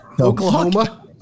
Oklahoma